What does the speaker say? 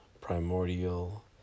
primordial